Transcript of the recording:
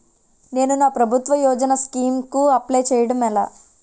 నేను నా ప్రభుత్వ యోజన స్కీం కు అప్లై చేయడం ఎలా?